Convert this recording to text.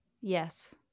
Yes